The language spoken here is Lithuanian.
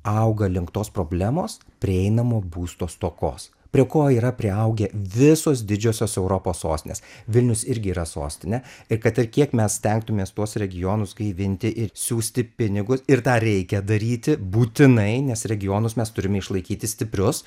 auga link tos problemos prieinamo būsto stokos prie ko yra priaugę visos didžiosios europos sostinės vilnius irgi yra sostinė ir kad ir kiek mes stengtumės tuos regionus gaivinti ir siųsti pinigus ir dar reikia daryti būtinai nes regionus mes turime išlaikyti stiprius